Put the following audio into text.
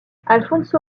alfonso